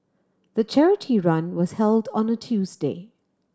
the charity run was held on a Tuesday